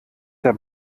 der